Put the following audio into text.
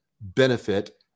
benefit